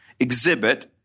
Exhibit